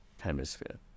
Hemisphere